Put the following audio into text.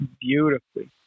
beautifully